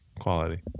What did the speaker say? Quality